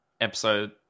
episode